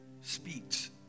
speaks